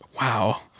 wow